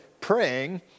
praying